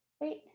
wait